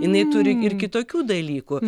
jinai turi ir kitokių dalykų